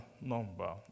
number